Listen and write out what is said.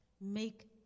Make